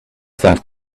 that